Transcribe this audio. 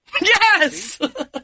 Yes